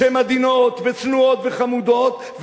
שהן עדינות וצנועות וחמודות,